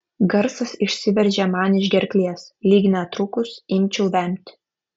garsas išsiveržė man iš gerklės lyg netrukus imčiau vemti